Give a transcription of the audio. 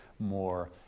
more